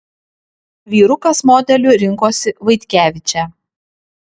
vyrukas modeliu rinkosi vaitkevičę